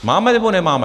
Máme, nebo nemáme?